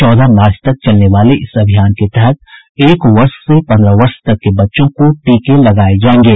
चौदह मार्च तक चलने वाले इस अभियान के तहत एक वर्ष से पन्द्रह वर्ष तक के बच्चों को टीके लगाये जायेंगे